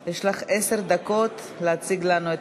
חוק ומשפט להכנה לקריאה ראשונה.